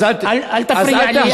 אל תפריע לי,